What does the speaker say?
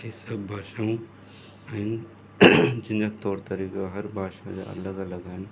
ई सभु भाषाऊं आहिनि जंहिंजा तौरु तरीक़ा हर भाषा जा अलॻि अलॻि आहिनि